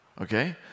Okay